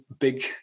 big